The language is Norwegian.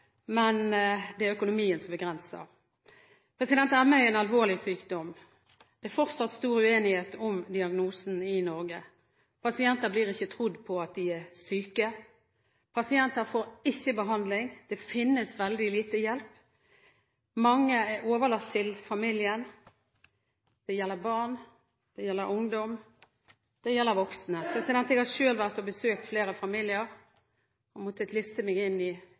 men det er økonomien som setter begrensninger. ME er en alvorlig sykdom. Det er fortsatt stor uenighet i Norge om diagnosen. Pasienter blir ikke trodd på at de er syke, pasienter får ikke behandling, det finnes veldig lite hjelp. Mange er overlatt til familien. Det gjelder barn, det gjelder ungdom, det gjelder voksne. Jeg har selv vært og besøkt flere familier. Jeg har måttet liste meg inn i mørke rom, og